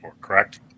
correct